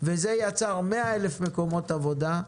וזה יצר 100,000 מקומות עבודה,